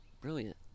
brilliant